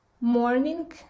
morning